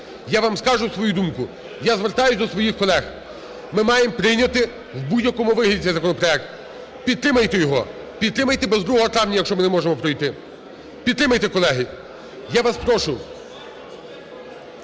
я вам скажу свою думку, я звертаюсь до своїх колег. Ми маємо прийняти в будь-якому вигляді цей законопроект. Підтримайте його, підтримайте без 2 травня, якщо ми не можемо пройти. Підтримайте, колеги, я вас прошу.